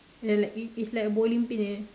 ya like it's it's like bowling pin like that